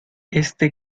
este